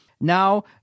Now